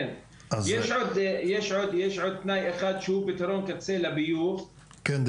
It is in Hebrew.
יש עוד תנאי אחד שהוא פתרון קצה לביוב --- כן,